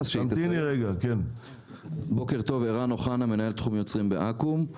בוקר טוב, אני מנהל תחום יוצרים באקו"ם.